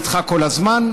נדחה כל הזמן,